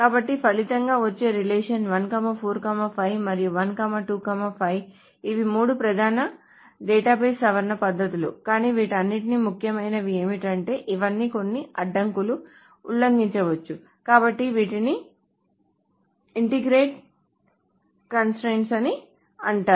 కాబట్టి ఫలితంగా వచ్చే రిలేషన్ 1 4 5 మరియు 1 2 5 ఇవి మూడు ప్రధాన డేటాబేస్ సవరణ పద్ధతులు కానీ వీటన్నింటికీ ముఖ్యమైనది ఏమిటంటే ఇవన్నీ కొన్ని అడ్డంకులను ఉల్లంఘించగలవు కాబట్టి వీటిని ఇంటెగ్రిటీ కన్స్ట్రయిన్స్ అంటారు